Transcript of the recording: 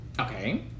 Okay